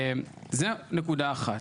זו נקודה אחת.